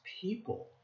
people